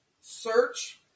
search